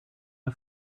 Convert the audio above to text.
der